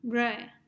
right